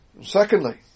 Secondly